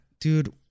dude